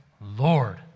Lord